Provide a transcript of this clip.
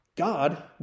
God